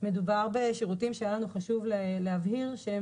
מדובר בשירותים שהיה לנו חשוב להבהיר שהם